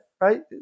right